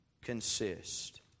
consist